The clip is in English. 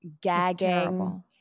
gagging